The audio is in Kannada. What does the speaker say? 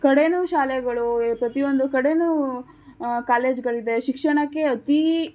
ಕಡೆನೂ ಶಾಲೆಗಳು ಪ್ರತಿಯೊಂದು ಕಡೆನೂ ಕಾಲೇಜುಗಳಿದೆ ಶಿಕ್ಷಣಕ್ಕೆ ಅತೀ